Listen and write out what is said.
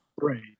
right